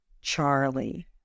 Charlie